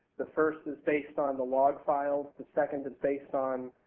the first is based on the log files. the second is based on